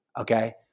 Okay